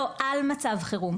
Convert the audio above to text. לא, על מצב חירום.